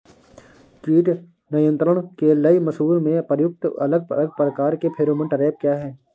कीट नियंत्रण के लिए मसूर में प्रयुक्त अलग अलग प्रकार के फेरोमोन ट्रैप क्या है?